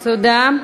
תודה.